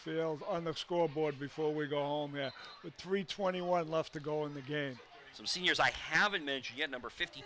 field on the scoreboard before we go home with three twenty one left to go in the game some seniors i haven't mentioned yet number fifty